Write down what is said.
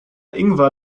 ingwer